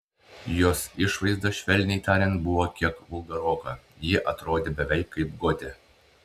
jos išvaizda švelniai tariant buvo kiek vulgaroka ji atrodė beveik kaip gotė